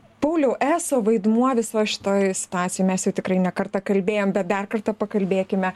pauliau eso vaidmuo visoj šitoj situacijoj mes jau tikrai ne kartą kalbėjom bet dar kartą pakalbėkime